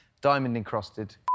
diamond-encrusted